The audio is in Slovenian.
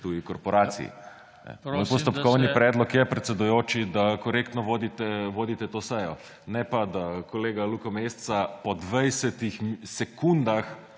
Levica):** Moj postopkovni predlog je, predsedujoči, da korektno vodite to sejo. Ne pa, da kolega Luka Meseca po 20 sekundah